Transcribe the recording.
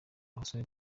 abasore